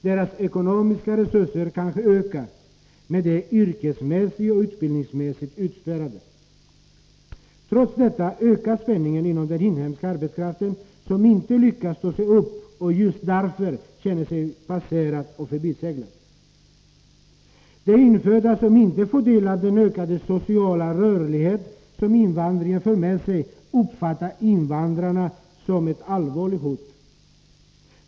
Deras ekonomiska resurser kanske ökar, men de är yrkesmässigt och utbildningsmässigt utspärrade. Trots detta ökar spänningen inom den inhemska arbetskraften, som inte lyckas ta sig upp och just därför känner sig passerad och förbiseglad. De infödda, som inte får del av den ökade sociala rörlighet som invandringen för med sig, uppfattar invandrarna som ett allvarligt hot.